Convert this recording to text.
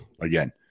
again